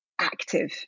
active